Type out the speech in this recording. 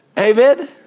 David